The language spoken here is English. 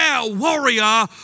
warrior